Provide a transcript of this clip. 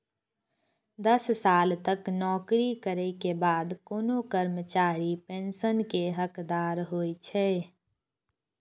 दस साल तक नौकरी करै के बाद कोनो कर्मचारी पेंशन के हकदार होइ छै